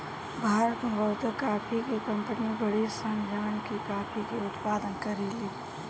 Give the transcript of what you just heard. भारत में बहुते काफी के कंपनी बाड़ी सन जवन की काफी के उत्पादन करेली